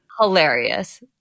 Hilarious